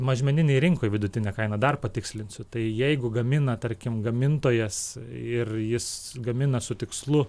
mažmeninėj rinkoj vidutinę kainą dar patikslinsiu tai jeigu gamina tarkim gamintojas ir jis gamina su tikslu